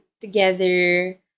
together